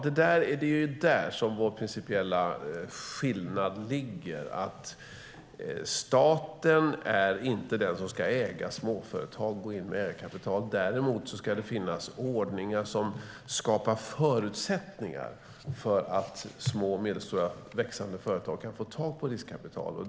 Det är där som vår principiella skillnad ligger. Staten är inte den som ska äga småföretag och gå in med ägarkapital. Däremot ska det finnas ordningar som skapar förutsättningar för att små och medelstora växande företag kan få tag på riskkapital.